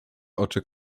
oczy